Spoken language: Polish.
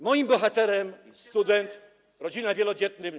Moim bohaterem jest student, rodzina wielodzietna.